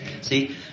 See